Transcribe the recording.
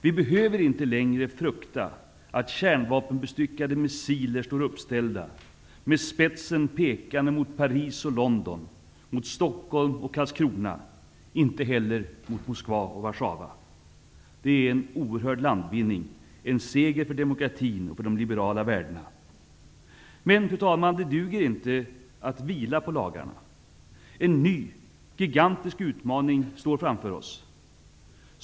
Vi behöver inte längre frukta att kärnvapenbestyckade missiler står uppställda med spetsen pekande mot Paris och London, mot Stockholm och Karlskrona och inte heller mot Moskva och Warszawa. Det är en oerhörd landvinning och en seger för demokratin och för de liberala värdena. Fru talman! Det duger dock inte att vila på lagrarna. En ny gigantisk utmaning står framför oss.